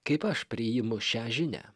kaip aš priimu šią žinią